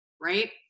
right